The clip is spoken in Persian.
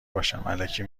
باشم٬الکی